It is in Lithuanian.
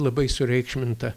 labai sureikšminta